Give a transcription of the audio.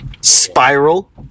Spiral